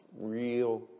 real